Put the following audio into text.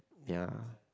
ya